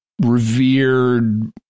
revered